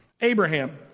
Abraham